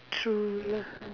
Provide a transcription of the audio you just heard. true lah